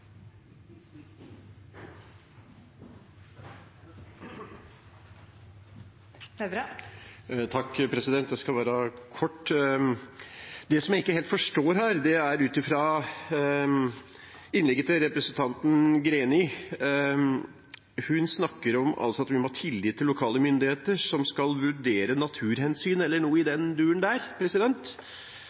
Jeg skal være kort. Det jeg ikke helt forstår her, ut fra innlegget til representanten Greni: Hun snakker om at vi må ha tillit til lokale myndigheter som skal vurdere naturhensyn – eller noe i den duren der.